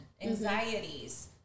anxieties